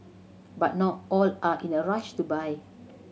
but not all are in a rush to buy